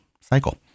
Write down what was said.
cycle